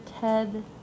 Ted